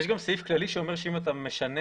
יש גם סעיף כללי שאומר שאם אתה משנה